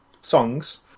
songs